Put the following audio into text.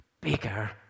bigger